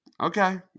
Okay